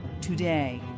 today